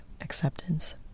acceptance